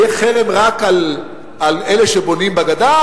יהיה חרם רק על אלה שבונים בגדה?